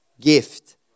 gift